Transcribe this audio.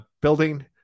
building